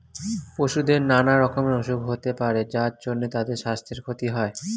পশুদের নানা রকমের অসুখ হতে পারে যার জন্যে তাদের সাস্থের ক্ষতি হয়